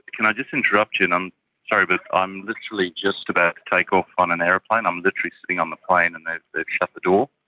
can i just interrupt you, and i'm sorry but i'm literally just about to take off on an aeroplane, i'm literally sitting on the plane and they've shut the door.